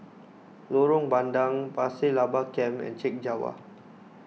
Lorong Bandang Pasir Laba Camp and Chek Jawa